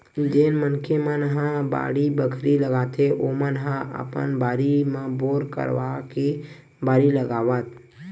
जेन मनखे मन ह बाड़ी बखरी लगाथे ओमन ह अपन बारी म बोर करवाके बारी लगावत